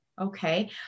okay